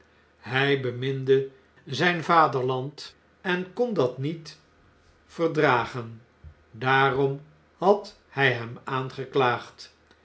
hy beminde zy'n vaderland en kon dat niet verdragen daarom had hfl hem aangeklaagd